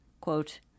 quote